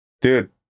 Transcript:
dude